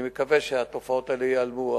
אני מקווה שהתופעות האלה ייעלמו,